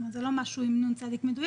זה לא משהו עם נ"צ מדויק.